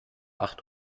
acht